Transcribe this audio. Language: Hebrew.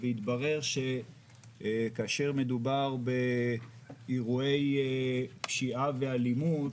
והתברר שכאשר מדובר באירועי פשיעה ואלימות,